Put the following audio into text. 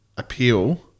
Appeal